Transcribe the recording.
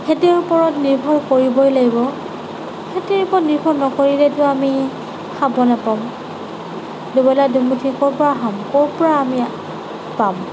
খেতিৰ ওপৰত নিৰ্ভৰ কৰিবই লাগিব খেতিৰ ওপৰত নিৰ্ভৰ নকৰিলেতো আমি খাব নেপাম দুবেলা দুমুঠি ক'ৰ পৰা খাম ক'ৰ পৰা আমি পাম